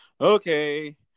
okay